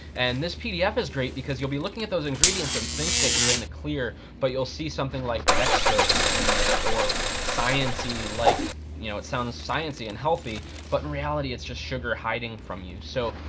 and this pdf is great because you'll be looking at those ingredients and think that you're in the clear, but you'll see something like dextrose in there or sciency like, you know it sounds sciency and healthy but in reality, it's just sugar hiding from you. so,